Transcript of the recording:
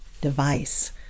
device